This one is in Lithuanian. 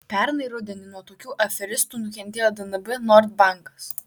pernai rudenį nuo tokių aferistų nukentėjo dnb nord bankas